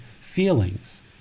feelings